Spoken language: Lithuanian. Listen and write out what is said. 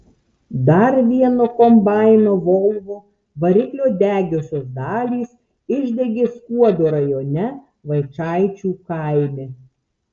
dar vieno kombaino volvo variklio degiosios dalys išdegė skuodo rajone vaičaičių kaime